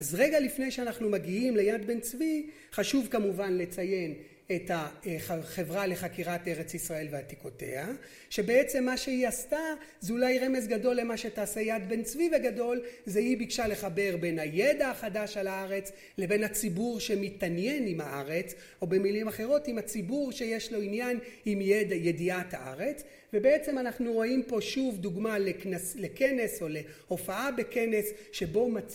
אז רגע לפני שאנחנו מגיעים ליד בן צבי חשוב כמובן לציין את החברה לחקירת ארץ ישראל ועתיקותיה שבעצם מה שהיא עשתה זה אולי רמז גדול למה שתעשה יד בן צבי בגדול זה היא ביקשה לחבר בין הידע החדש על הארץ לבין הציבור שמתעניין עם הארץ או במילים אחרות עם הציבור שיש לו עניין עם ידיעת הארץ ובעצם אנחנו רואים פה שוב דוגמא לכנס או להופעה בכנס שבו מצא